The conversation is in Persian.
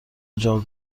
اجاق